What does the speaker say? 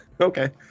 Okay